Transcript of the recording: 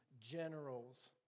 generals